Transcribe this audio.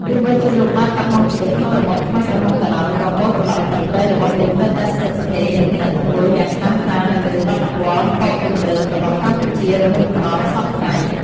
ទោះបីជាលោកបានបាត់បង់ជីវិតក្នុងរបបខ្មែរក្រហមក៏ដោយ ក៏មរតកតន្ត្រីរបស់លោកនៅតែស្ថិតស្ថេរ និងមានឥទ្ធិពលយ៉ាងខ្លាំងក្លាទៅលើវប្បធម៌ប៉ុបទំនើបរបស់កម្ពុជា រហូតមកដល់សព្វថ្ងៃ ។